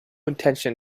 intention